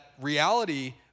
reality